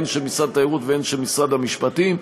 הן של משרד התיירות והן של משרד המשפטים,